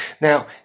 Now